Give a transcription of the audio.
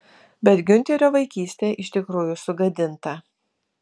bet giunterio vaikystė iš tikrųjų sugadinta